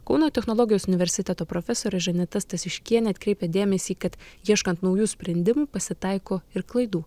kauno technologijos universiteto profesorė žaneta stasiškienė atkreipia dėmesį kad ieškant naujų sprendimų pasitaiko ir klaidų